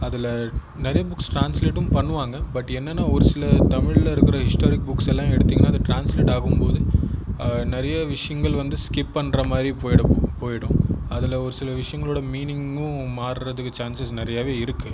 அதில் நிறைய புக்ஸ் ட்ரான்ஸ்லேட்டும் பண்ணுவாங்க பட் என்னென்னால் ஒரு சில தமிழில் இருக்கிற ஹிஸ்டாரிக் புக்ஸ் எல்லாம் எடுத்திங்கன்னால் அது ட்ரான்ஸ்லேட் ஆகும் போது நிறைய விஷயங்கள் வந்து ஸ்கிப் பண்ணுற மாதிரி போய்விடும் அதில் ஒரு சில விஷயங்களோடய மீனிங்கும் மாறுகிறதுக்கு சான்சஸ் நிறையவே இருக்குது